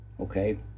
okay